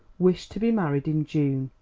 wished to be married in june,